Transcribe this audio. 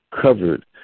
covered